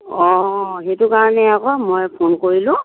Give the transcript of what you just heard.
অ সেইটো কাৰণে আকৌ মই ফোন কৰিলোঁ